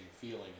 feeling